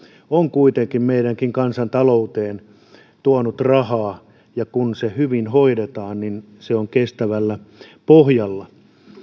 on kuitenkin meidänkin kansantalouteen tuonut rahaa ja kun se hyvin hoidetaan niin se on kestävällä pohjalla